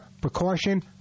precaution